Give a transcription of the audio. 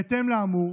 בהתאם לאמור,